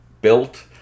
built